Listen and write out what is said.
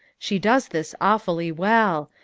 she does this awfully well.